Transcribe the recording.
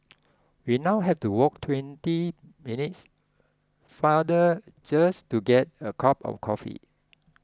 we now have to walk twenty minutes farther just to get a cup of coffee